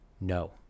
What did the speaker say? No